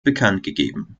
bekanntgegeben